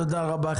תודה רבה.